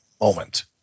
moment